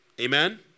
Amen